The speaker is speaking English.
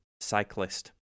cyclist